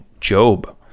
Job